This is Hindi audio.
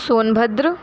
सोनभद्र